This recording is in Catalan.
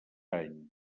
any